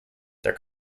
their